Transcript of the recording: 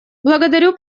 благодарю